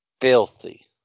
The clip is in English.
Filthy